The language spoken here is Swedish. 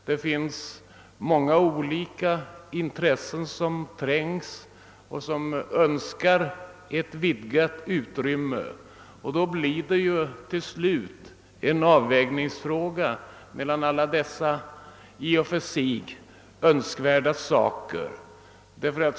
Det finns många olika intressen som trängs och för vilka man önskar ett ökat utrymme. Det blir till slut fråga om en avvägning mellan i och för sig önskvärda saker.